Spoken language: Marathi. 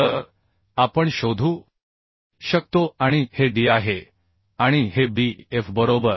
तर आपण शोधू शकतो आणि हे d आहे आणि हे B f बरोबर